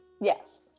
yes